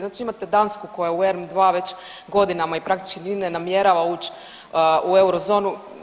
Znači imate Dansku koja u … [[Govornica se ne razumije.]] dva godinama i praktički ni ne namjerava ući u eurozonu.